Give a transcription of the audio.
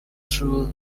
through